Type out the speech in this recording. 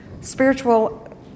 spiritual